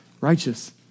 righteous